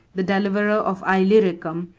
the deliverer of illyricum,